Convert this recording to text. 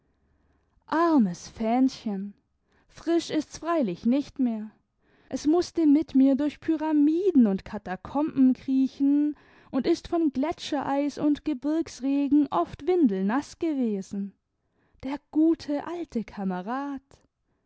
armes fähnchen frisch ist's freilich nicht mehr es mußte mit mir durch pyramiden und katakomben kriechen und ist von gletschereis und gebirgsregen oft windelnaß gewesen der gute alte kamerad